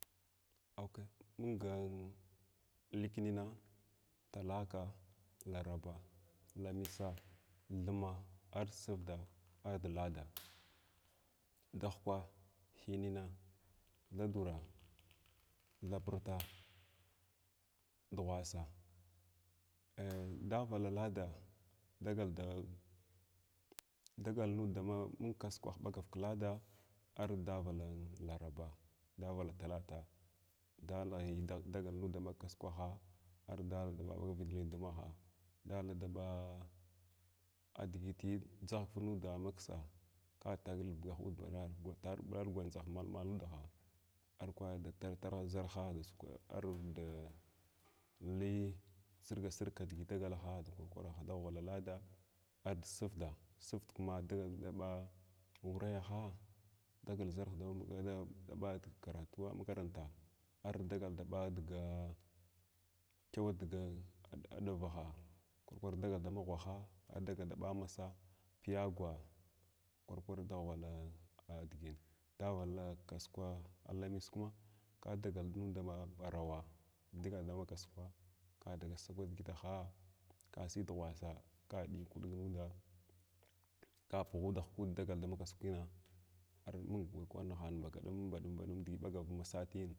Awkai mung likyənana tulaka, laraba lamisa, thmma ard sərda ard bada dahwkwa, hinana, thadura, thapirta, dughwasa, eh, daghwvala lada, dagal dagal nud damakasukwah, ɓagar kladas ard davala larab davala talaka dula ei dagal nud damakisukaha ardi davala vyəlidumaha dala daɓa adigit dʒar nirda maksa kadagalbugundah ɓlargwandʒa mamaludaha arkwara kwara sirga kidigit dagalagha dakwakwaraha daghwvala ladaa ard sərda, sərdkum dagal daɓaa aureyaha dagal ʒarha lama daɓa karutuwa makaranta ar dagal daɓa digi chawa digin advahan kwarkwar dagal dama ghwaha ardagal daɓa hasa piyagwa kwar kwar daghwvala digin, daghwvala kaskwa lamis kuma ka dagal nud dama ɓarawa dagal dama kasukwa sagwa digitaha ka sy dughwasa ka diyu kuɗig nuɗa ka pughudah kud dagal damakasukwina armung kwanahan baɗum baɗum baɗum nidiya ɓagar masatiyin.